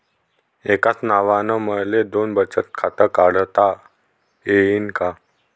एकाच नावानं मले दोन बचत खातं काढता येईन का?